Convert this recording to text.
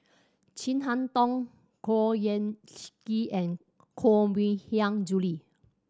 Chin Harn Tong Khor Ean Ghee and Koh Mui Hiang Julie